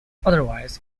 otherwise